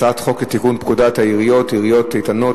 הצעת חוק לתיקון פקודת העיריות (עיריות איתנות),